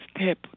step